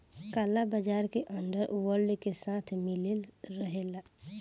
काला बाजार के अंडर वर्ल्ड के साथ मिलले रहला